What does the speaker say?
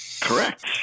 Correct